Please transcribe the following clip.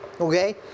Okay